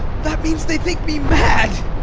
that means they think me mad.